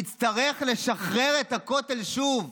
נצטרך לשחרר את הכותל שוב.